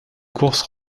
courses